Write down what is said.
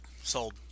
Sold